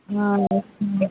ஆ